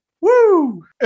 woo